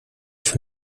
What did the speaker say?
von